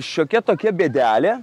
šiokia tokia bėdelė